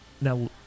now